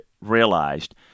realized